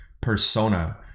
persona